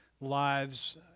lives